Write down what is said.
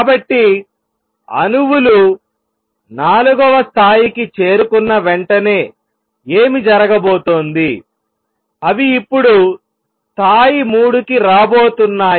కాబట్టి అణువులు 4 వ స్థాయికి చేరుకున్న వెంటనే ఏమి జరగబోతోంది అవి ఇప్పుడు స్థాయి 3 కి రాబోతున్నాయి